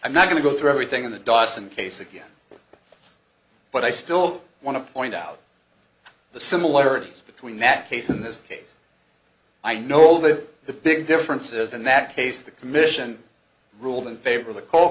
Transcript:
i'm not going to go through everything in the dawson case again but i still want to point out the similarities between that case in this case i know all the the big differences in that case the commission ruled in favor of the coal